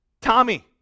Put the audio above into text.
Tommy